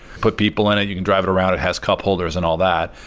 put people in it, you can drive it around, it has cup holders and all that,